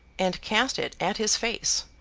and cast it at his face,